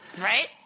right